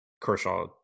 Kershaw